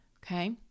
Okay